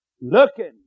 looking